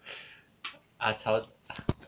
ah 潮